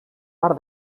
part